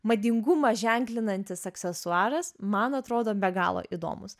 madingumą ženklinantis aksesuaras man atrodo be galo įdomus